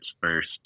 first